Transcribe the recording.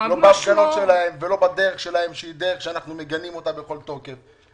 לא בהפגנות שלהם ולא בדרך שלהם שהיא דרך שאנחנו מגנים בכל תוקף.